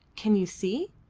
can you see?